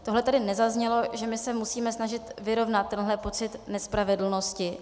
Tohle tady nezaznělo, že my se musíme snažit vyrovnat tenhle pocit nespravedlnosti.